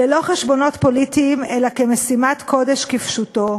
ללא חשבונות פוליטיים אלא כמשימת קודש כפשוטו,